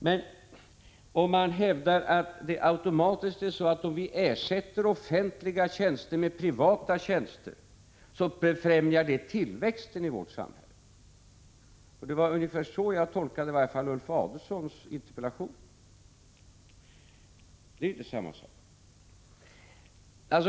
Men om man hävdar att om vi ersätter offentliga tjänster med privata tjänster så befrämjas automatiskt tillväxten i vårt samhälle — det var så jag tolkade i varje fall Ulf Adelsohns interpellation — då har man fel. Det är inte samma sak.